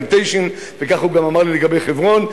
פלנטיישן" וכך הוא גם אמר לי לגבי חברון,